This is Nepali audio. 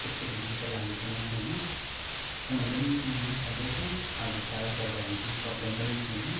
त्यस्तो बेसी त लागेको नै छैन फोन पनि स्मुथ नै चल्दै छ हजुर चार्ज गर्दा हिटिङ प्रबल्म पनि छैन